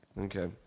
Okay